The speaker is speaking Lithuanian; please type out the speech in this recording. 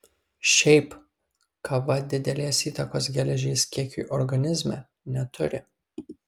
šiaip kava didelės įtakos geležies kiekiui organizme neturi